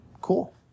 Cool